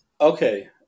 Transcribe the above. Okay